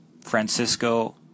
Francisco